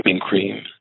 cream